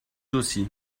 aussi